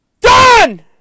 done